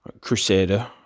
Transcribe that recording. Crusader